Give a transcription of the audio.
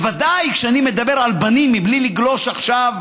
בוודאי כשאני מדבר על בנים, בלי לגלוש עכשיו